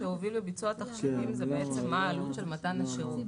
התחשיבים הם לגבי עלות מתן השירות.